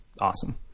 awesome